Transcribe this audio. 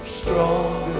stronger